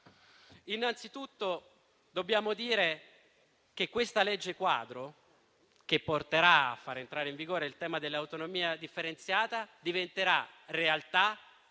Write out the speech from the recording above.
Innanzitutto dobbiamo dire che questa legge quadro, che farà entrare in vigore il tema dell'autonomia differenziata, diventerà realtà